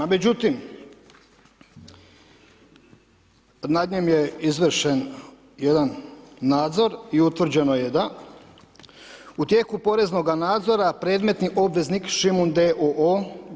Međutim, nad njim je izvršen jedan nadzor i utvrđeno je da u tijeku poreznoga nadzora predmetni obveznik Šimun d.o.o.